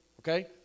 okay